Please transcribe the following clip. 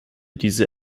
diese